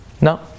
No